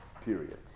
period